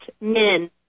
men